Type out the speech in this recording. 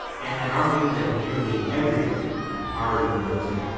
and i'd argue that nearly everybody already knows it.